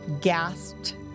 gasped